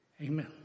Amen